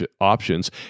options